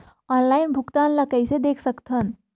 Online भुगतान ल कइसे देख सकथन?